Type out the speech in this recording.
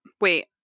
wait